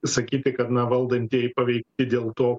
sakyti kad valdantieji paveikti dėl to ką